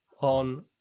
on